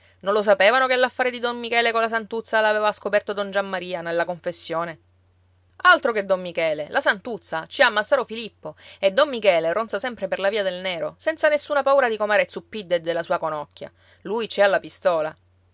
non lo sapevano che l'affare di don michele colla santuzza l'aveva scoperto don giammaria nella confessione altro che don michele la santuzza ci ha massaro filippo e don michele ronza sempre per la via del nero senza nessuna paura di comare zuppidda e della sua conocchia lui ci ha la pistola